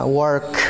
work